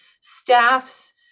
staff's